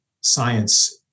science